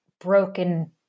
broken